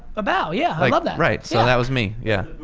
a bow, yeah, i love that. right, so that was me, yeah.